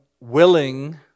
willing